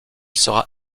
sera